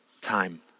time